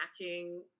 matching